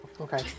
Okay